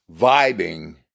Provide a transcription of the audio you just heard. vibing